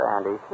Andy